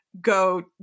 go